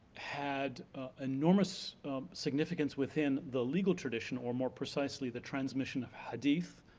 had enormous significance within the legal tradition, or more precisely the transmission of hadith,